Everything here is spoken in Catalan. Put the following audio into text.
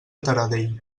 taradell